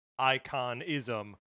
iconism